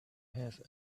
have